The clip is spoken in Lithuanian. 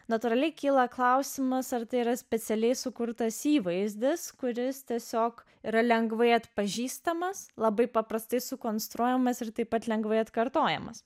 natūraliai kyla klausimas ar tai yra specialiai sukurtas įvaizdis kuris tiesiog yra lengvai atpažįstamas labai paprastai sukonstruojamas ir taip pat lengvai atkartojamas